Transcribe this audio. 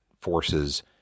forces